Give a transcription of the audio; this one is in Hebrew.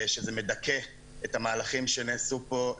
שזה מדכא את המהלכים שנעשו פה,